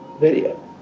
video